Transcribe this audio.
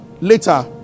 later